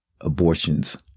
abortions